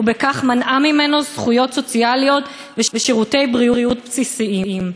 ובכך מנעה ממנו זכויות סוציאליות ושירותי בריאות בסיסיים.